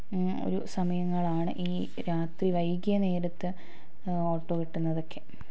ഒരു സമയങ്ങളാണ് ഈ രാത്രി വൈകിയ നേരത്ത് ഓട്ടോ കിട്ടുന്നതൊക്കെ